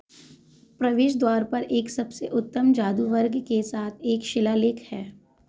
प्रवेश द्वार पर एक सबसे उत्तम जादू वर्ग के साथ एक शिलालेख है